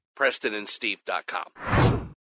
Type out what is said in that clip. PrestonandSteve.com